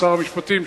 שר המשפטים,